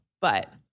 but-